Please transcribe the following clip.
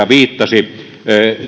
viittasi